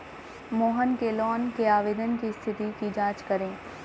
मोहन के लोन के आवेदन की स्थिति की जाँच करें